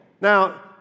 Now